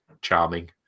charming